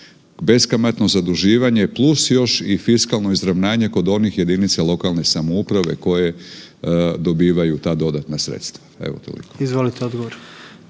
beskamatno zaduživanje plus još i fiskalno izravnanje kod onih jedinica lokalne samouprave koje dobivaju ta dodatna sredstva?